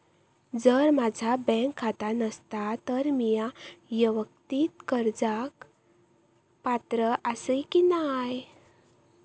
जर माझा बँक खाता नसात तर मीया वैयक्तिक कर्जाक पात्र आसय की नाय?